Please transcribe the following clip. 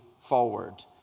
forward